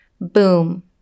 boom